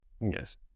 yes